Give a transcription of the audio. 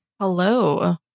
Hello